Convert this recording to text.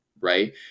right